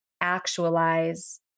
actualize